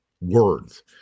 words